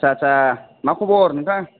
आछा आछा मा खबर नोंथां